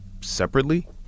separately